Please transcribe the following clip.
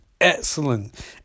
excellent